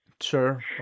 sure